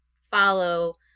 follow